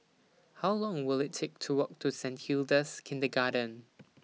How Long Will IT Take to Walk to Saint Hilda's Kindergarten